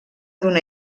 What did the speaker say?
d’una